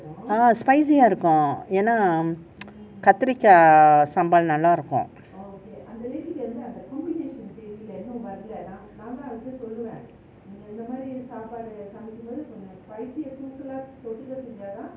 ah spicy இருக்கும் ஏனா கத்திரிக்கா சாம்பார் நல்லா இருக்கும்:irukum yena kathirika saambar nalla irukum